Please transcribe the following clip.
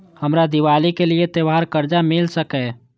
हमरा दिवाली के लिये त्योहार कर्जा मिल सकय?